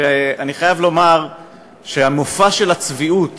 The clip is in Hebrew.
ואני חייב לומר שהמופע של הצביעות